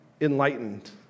enlightened